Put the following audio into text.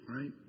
right